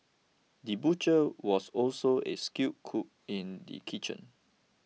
the butcher was also a skilled cook in the kitchen